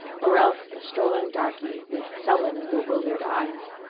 or else a strolling darky with sullen and bewildered eyes.